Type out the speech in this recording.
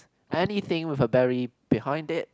anything with a berry behind it